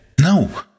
No